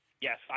Yes